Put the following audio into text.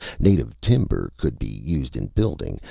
native timber could be used in building,